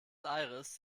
aires